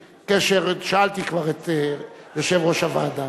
שאלתי כבר את יושב-ראש הוועדה.